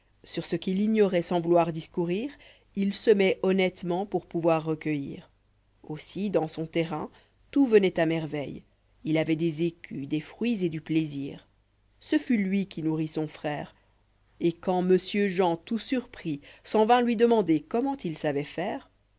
sur ce qu'il ignorait sans vouloir discourir jlj semoit bonnement pour pouvoir recueillir aussi dans son terrain tout venoit à merveille il avoit des écus des fruits et du plaisir ce fut lui qui nourrit son frère et quand monsieur jean tout surpris s'en vint lui demander comment il savoit faire